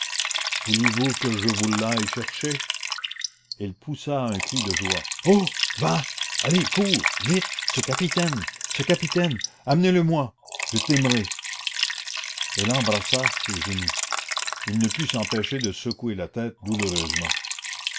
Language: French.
voulez-vous que je vous l'aille chercher elle poussa un cri de joie oh va allez cours vite ce capitaine ce capitaine amenez-le-moi je t'aimerai elle embrassait ses genoux il ne put s'empêcher de secouer la tête douloureusement